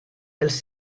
els